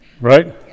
right